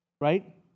right